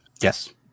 Yes